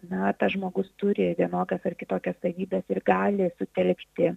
na tas žmogus turi vienokias ar kitokias savybes ir gali sutelkti